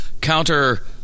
counter